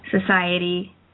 society